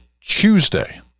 Tuesday